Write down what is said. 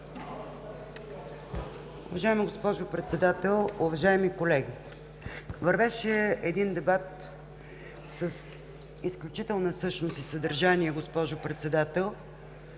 Уважаема госпожо Председател, уважаеми колеги! Вървеше един дебат с изключителна същност и съдържание, госпожо Председател.